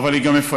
אבל היא גם מפעמת.